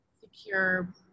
secure